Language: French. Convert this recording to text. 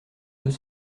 deux